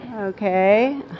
Okay